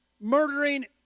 murdering